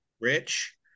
rich